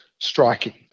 Striking